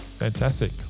Fantastic